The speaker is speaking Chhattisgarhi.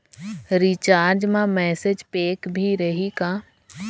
रिचार्ज मा मैसेज पैक भी रही का?